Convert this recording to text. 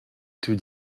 tout